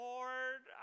Lord